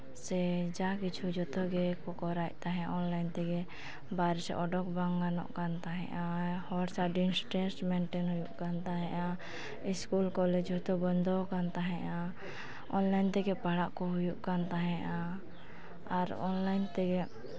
ᱥᱮ ᱡᱟ ᱠᱤᱪᱷᱩ ᱡᱚᱛᱚ ᱜᱮᱠᱚ ᱠᱚᱨᱟᱣᱮᱫ ᱛᱟᱦᱮᱱᱟ ᱚᱱᱞᱟᱭᱤᱱ ᱛᱮᱜᱮ ᱵᱟᱨᱦᱮ ᱥᱮᱡ ᱚᱰᱚᱠ ᱵᱟᱝ ᱜᱟᱱᱚᱜ ᱠᱟᱱᱟ ᱛᱟᱜᱮᱸᱜᱼᱟ ᱦᱚᱲ ᱥᱟᱶ ᱰᱤᱥᱴᱮᱱᱥ ᱢᱮᱱᱴᱮᱱ ᱦᱩᱭᱩᱜ ᱠᱟᱱ ᱛᱟᱦᱮᱸᱜᱼᱟ ᱤᱥᱠᱩᱞ ᱠᱚᱞᱮᱡᱽ ᱡᱷᱚᱛᱚ ᱵᱚᱱᱫᱚᱣᱟᱠᱟᱱ ᱛᱟᱦᱮᱸᱜᱼᱟ ᱚᱱᱞᱟᱭᱤᱱ ᱛᱮᱜᱮ ᱯᱟᱲᱦᱟᱜ ᱠᱚ ᱦᱩᱭᱩᱜ ᱠᱟᱱ ᱛᱟᱦᱮᱸᱜᱼᱟ ᱟᱨ ᱚᱱᱞᱟᱭᱤᱱ ᱛᱮᱜᱮ